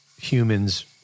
humans